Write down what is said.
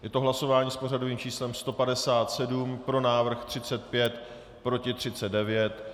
Je to hlasování s pořadovým číslem 157, pro návrh 35, proti 39.